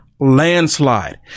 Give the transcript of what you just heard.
Landslide